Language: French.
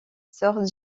sortent